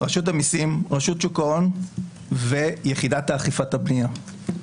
רשות המיסים, רשות שוק ההון ויחידת אכיפת הפנייה.